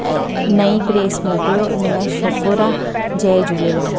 ऐं नईं प्रेस मोकिलियो ऐं हिन लाइ शुकुरु आहे जय झूलेलाल